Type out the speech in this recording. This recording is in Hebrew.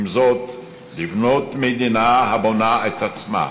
עם זאת, לבנות מדינה הבונה את עצמה,